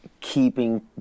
keeping